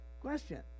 Question